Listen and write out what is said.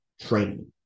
training